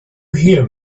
hear